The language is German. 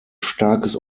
starkes